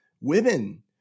women